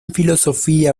filosofía